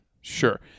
Sure